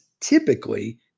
typically